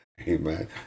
Amen